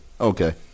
Okay